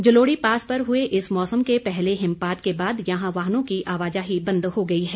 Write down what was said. Jalori pass पर हुए इस मौसम के पहले हिमपात के बाद यहां वाहनों की आवाजाही बंद हो गई है